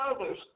others